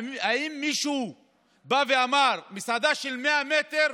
האם מישהו אמר: מסעדה של 100 מטר,